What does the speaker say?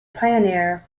pioneer